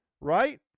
Right